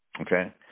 Okay